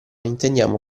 intendiamo